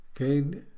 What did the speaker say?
Okay